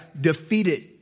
defeated